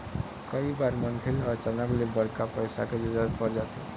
कइ बार मनखे ल अचानक ले बड़का पइसा के जरूरत पर जाथे